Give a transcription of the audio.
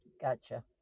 Gotcha